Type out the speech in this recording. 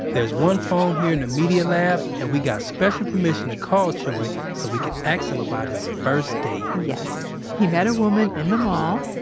there's one phone here in the media lab that and we got special permission to call choy so we can ask him about his first date yes. he met a woman in the mall.